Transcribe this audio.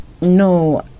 No